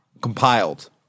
compiled